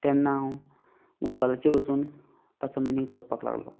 तेन्ना हांव गूगलाचेर वचून ताचो मिनींग सोदपाक लागलो